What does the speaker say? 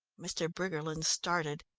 mr. briggerland started.